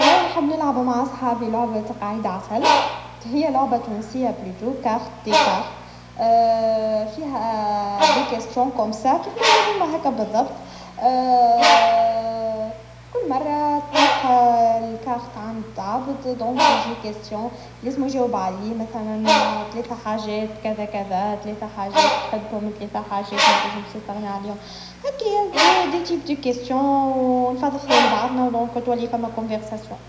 نحب نلعب كرة القدم مع أصحابي. كل ما نجتمع، نخرج للملعب ونلعب مباريات. الأجواء تكون مليانة ضحك وتنافس. كرة القدم تقربنا لبعض، وحتى لما نخسر، نحب نضحك ونتشارك لحظات جميلة. هاللعبة تعطي طاقة إيجابية وتخلي الواحد يحس بالسعادة.